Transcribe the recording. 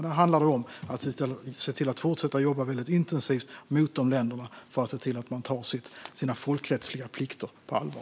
Då handlar det om att se till att fortsätta jobba väldigt intensivt mot de länderna för att se till att de tar sina folkrättsliga plikter på allvar.